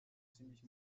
ziemlich